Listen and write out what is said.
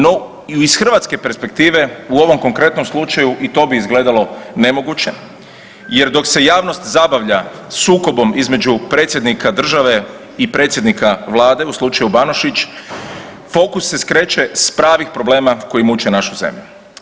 No iz Hrvatske perspektive u ovom konkretnom slučaju i to bi izgledalo nemoguće jer dok se javnost zabavlja sukobom između predsjednika države i predsjednika vlade u slučaju BAnožić, fokus se skreće s pravih problema koji muče našu zemlju.